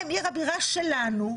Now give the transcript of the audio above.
עיר הבירה שלנו,